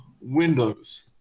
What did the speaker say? Windows